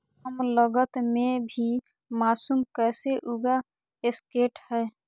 कम लगत मे भी मासूम कैसे उगा स्केट है?